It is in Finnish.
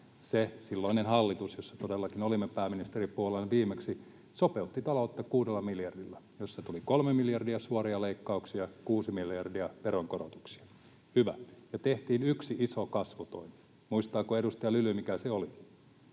silloinen hallitus, jossa todellakin olimme pääministeripuolueena viimeksi, sopeutti taloutta kuudella miljardilla, jossa tuli kolme miljardia suoria leikkauksia, kuusi miljardia veronkorotuksia — hyvä — ja tehtiin yksi iso kasvutoimi. Muistaako edustaja Lyly, mikä se oli?